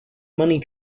money